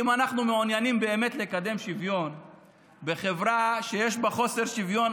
אם אנחנו מעוניינים באמת לקדם שוויון בחברה שיש בה חוסר שוויון,